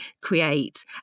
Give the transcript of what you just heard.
create